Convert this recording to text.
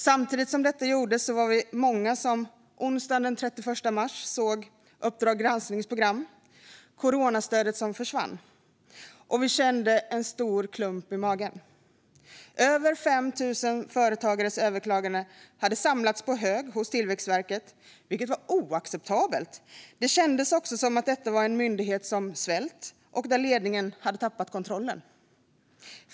Samtidigt som detta gjordes var vi många som onsdagen den 31 mars såg Uppdrag Gransknings program Coronastödet som försvann och kände en stor klump i magen. Över 5 000 företagares överklaganden hade samlats på hög hos Tillväxtverket, vilket var oacceptabelt. Det kändes också som att detta var en myndighet som hade svällt och att ledningen hade tappat kontrollen.